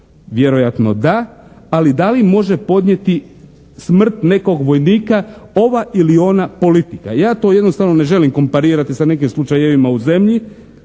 Vjerojatno da. Ali da li može podnijeti smrt nekog vojnika ova ili ona politika? Ja to jednostavno ne želim komparirati sa nekim slučajevima u zemlji,